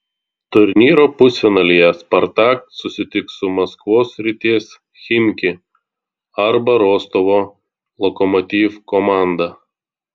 turnyro pusfinalyje spartak susitiks su maskvos srities chimki arba rostovo lokomotiv komanda